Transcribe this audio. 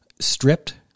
stripped